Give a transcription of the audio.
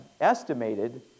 estimated